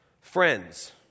friends